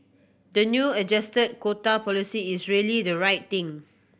the new adjusted quota policy is really the right thing